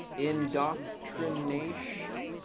indoctrination.